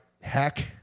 Heck